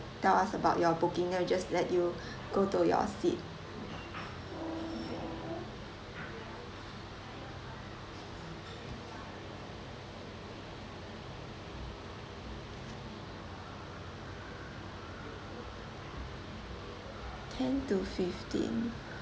tell us about your booking I will just let you go to your seat ten to fifteen